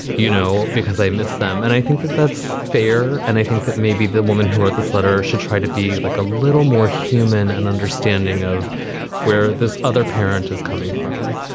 you know, because i miss them. and i think that that's fair. and i think that maybe the woman who wrote the letter should try to be like a little more human and understanding of where this other parent is coming from.